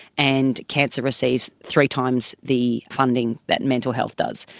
and cancer receives three times the funding that mental health does,